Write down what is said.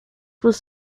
was